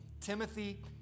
Timothy